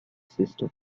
sister